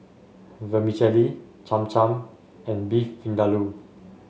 Vermicelli Cham Cham and Beef Vindaloo